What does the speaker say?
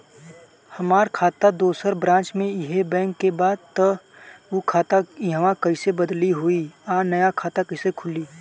हमार खाता दोसर ब्रांच में इहे बैंक के बा त उ खाता इहवा कइसे बदली होई आ नया खाता कइसे खुली?